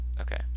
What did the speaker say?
Okay